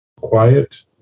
quiet